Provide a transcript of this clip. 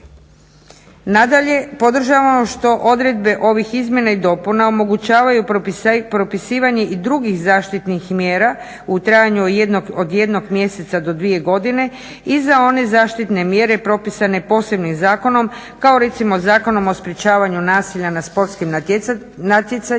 Nadalje, podržavam što odredbe ovih izmjena i dopuna omogućavaju propisivanje i drugih zaštitnih mjera u trajanju od jednog mjeseca do dvije godine i za one zaštitne mjere propisane posebnim zakonom kao recimo Zakonom o sprječavanju nasilja na sportskim natjecanjima